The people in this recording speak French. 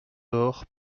door